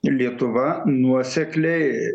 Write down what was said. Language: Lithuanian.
lietuva nuosekliai